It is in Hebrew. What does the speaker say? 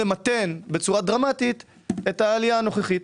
למתן בצורה דרמטית את העלייה הנוכחית.